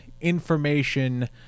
information